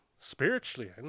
spiritually